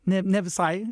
ne ne visai